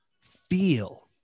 Feel